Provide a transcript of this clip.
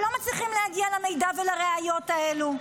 שלא מצליחים להגיע למידע ולראיות האלו.